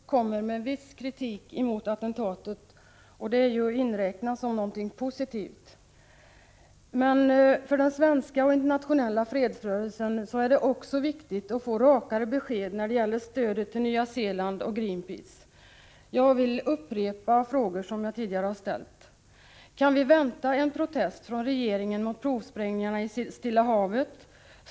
Herr talman! Jag konstaterar att utrikesministern ändå kommer med viss kritik mot attentatet, och det är att räkna som någonting positivt. Men för den svenska och internationella fredsrörelsen är det också viktigt att få rakare besked när det gäller stödet till Nya Zeeland och till Greenpeace. Jag vill därför upprepa de frågor som jag tidigare har ställt: Kan vi vänta en protest från regeringen mot provsprängningarna i Stilla havet?